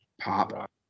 pop